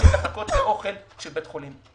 הם רוצים לחכות לאוכל של בית חולים.